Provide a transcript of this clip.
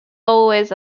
always